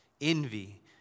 envy